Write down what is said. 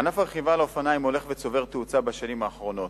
ענף הרכיבה על אופניים הולך וצובר תאוצה בשנים האחרונות.